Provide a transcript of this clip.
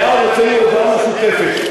ואז נצא בהודעה משותפת.